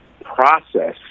process